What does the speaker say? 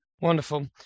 Wonderful